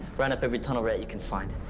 round up every tunnel rat you can find.